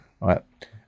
right